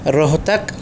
Rohtak